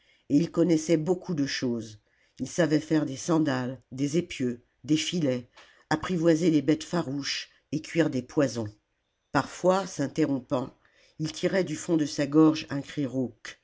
et il connaissait beaucoup de choses il savait faire des sandales des épieux des filets apprivoiser les bêtes farouches et cuire des poisons parfois s'interrompant il tirait du fond de sa gorge un cri